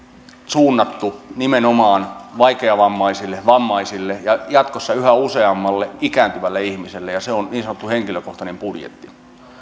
suunnattu nimenomaan vaikeavammaisille vammaisille ja jatkossa yhä useammalle ikääntyvälle ihmiselle ja se on niin sanottu henkilökohtainen budjetti